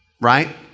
right